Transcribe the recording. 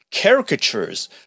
caricatures